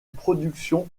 production